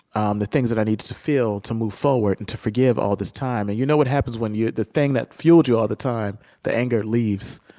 um the things that i needed to feel to move forward and to forgive, all this time. and you know what happens when the thing that fueled you all the time, the anger, leaves.